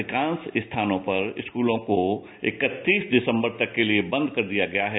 अधिकांश स्थानों पर स्कूलों को अ दिसंबर तक के लिए बंद कर दिया गया है